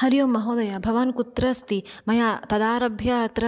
हरि ओम् महोदय भवान् कुत्र अस्ति मया तदारभ्य अत्र